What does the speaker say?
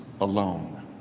alone